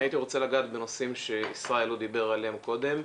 אני הייתי רוצה לגעת בנושאים שישראל לא דיבר עליהם קודם.